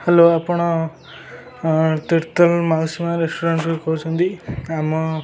hello ଆପଣ ତିର୍ତ୍ତୋଲ ମାଉସୀ ମା' ରେଷ୍ଟୁରାଣ୍ଟରୁ କହୁଛନ୍ତି ଆମ